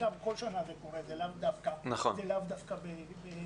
אגב כל שנה זה קורה ולאו דווקא השנה.